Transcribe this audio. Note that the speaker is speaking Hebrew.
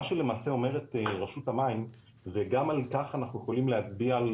מה שלמעשה אומרת רשות המים וגם על כך אנחנו יכולים להצביע על